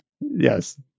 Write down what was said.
Yes